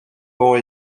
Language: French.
ont